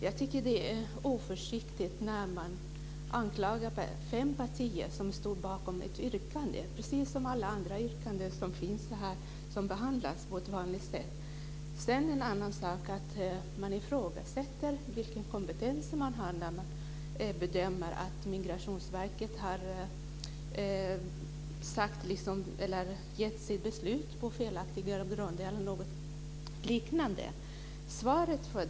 Jag tycker att det är oförsiktigt att anklaga fem partier som står bakom ett yrkande precis som alla andra yrkanden som behandlas på vanligt sätt. Det är en annan sak att man ifrågasätter kompetensen och undrar om Migrationsverket har fattat beslut på felaktiga grunder.